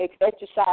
exercise